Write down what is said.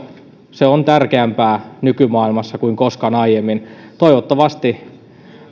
on tärkeämpää nykymaailmassa kuin koskaan aiemmin toivottavasti